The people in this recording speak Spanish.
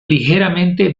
ligeramente